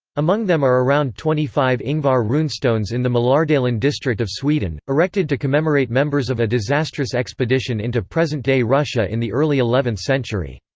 among them are around twenty five ingvar runestones in the malardalen district of sweden, erected to commemorate members of a disastrous expedition into present-day russia in the early eleventh century.